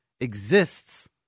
Exists